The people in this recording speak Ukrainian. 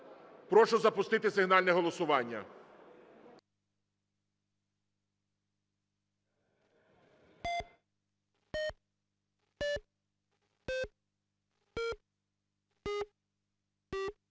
Прошу запустити сигнальне голосування.